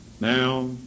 Now